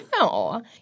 No